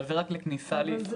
אבל זה רק לכניסה לישראל.